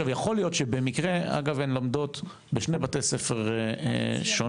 אגב, הן לומדות בשני בתי ספר שונים.